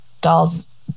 dolls